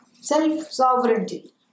self-sovereignty